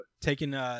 taking